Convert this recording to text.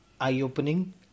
eye-opening